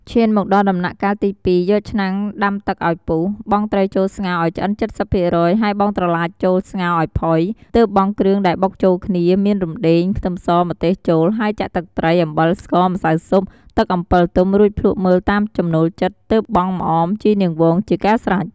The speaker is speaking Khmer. ឈានមកដល់ដំណាក់កាលទី២ យកឆ្នាំងដាំទឹកឱ្យពុះ បង់ត្រីចូលស្ងោរឱ្យឆ្អិន៧០% ហើយបង់ត្រឡាចចូលស្ងោរឱ្យផុយ ទើបបង់គ្រឿង ដែលបុកចូលគ្នាមានរំដេង ខ្ទឹមស ម្ទេស ចូល ហើយចាក់ទឹកត្រី អំបិល ស្ករ ម្សៅស៊ុប ទឹកអំពិលទុំ រួចភ្លក់មើលតាមចំណូលចិត្ដ ទើបបង់ម្អម ជីរនាងវង ជាការស្រេច ។